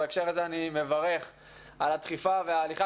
בהקשר הזה אני מברך על הדחיפה ועל ההליכה